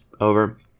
over